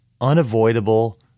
unavoidable